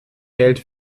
geld